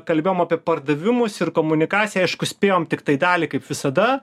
kalbėjom apie pardavimus ir komunikaciją aišku spėjom tiktai dalį kaip visada